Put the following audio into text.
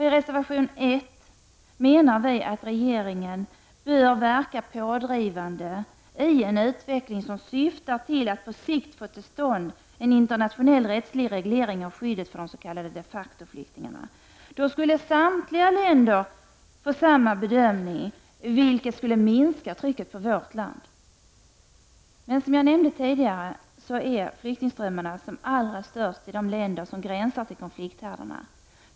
I reservation nr 1 menar vi att regeringen bör verka pådrivande i en utveckling som syftar till att på sikt få till stånd en internationell rättslig reglering av skyddet för s.k. de facto-flyktingar. Då skulle samtliga länder få samma bedömning, vilket skulle minska trycket på vårt land. Som jag nämnde tidigare är flyktingströmmarna som allra störst i de länder som gränsar till de konfliktdrabbade.